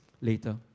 later